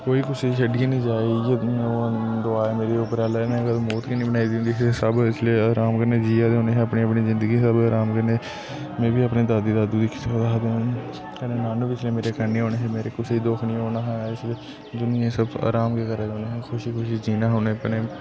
कुसेई छडिए नी जाऐओ इ'यै दुआ ऐ मेरी उप्परा आह्ले ने कदे मौत गे नी बनाई दी होंदी फेर सब एसले आराम कन्ने जियां दे होने हे अपनी अपनी जिंदगी सब आराम कन्ने मैं बी अपने दादु दादी दिक्खी सकदा हा नानु बी इसलै मेरे कन्ने ओने हे मेरे कुसे दी दुख नी होंना हा एस दुनियां दा सब आराम गे करा दे होने हे खुशी खुशी जियां उन्ने कन्ने